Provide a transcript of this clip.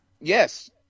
Yes